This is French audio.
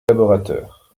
collaborateur